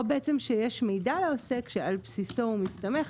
או שיש מידע לעוסק שעל בסיסו הוא מסתמך,